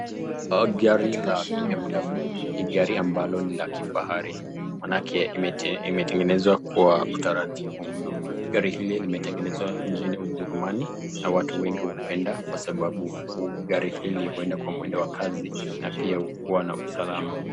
Gari la BMW ni gari ambalo ni la kifahari maanake imetengenezwa kwa utaratibu mno. Gari hili limetengenezwa mjini Ujerumani na watu wengi hupenda kwa sabau gari hili huenda kwa mwendo wa kasi na pia hukuwa na usalama.